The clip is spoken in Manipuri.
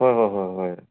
ꯍꯣꯏ ꯍꯣꯏ ꯍꯣꯏ ꯍꯣꯏ